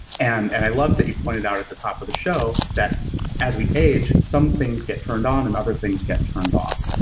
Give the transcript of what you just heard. and and i love that you pointed out at the top of the show that as we age, some things get turned on, and other things get turned off.